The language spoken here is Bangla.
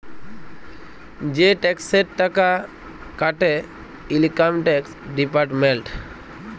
যে টেকসের টাকা কাটে ইলকাম টেকস ডিপার্টমেল্ট